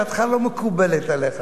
דעתך לא מקובלת עלי.